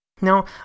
Now